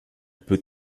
peut